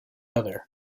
other